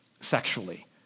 sexually